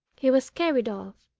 he was carried off,